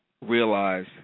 realize